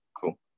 cool